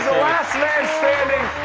last man standing.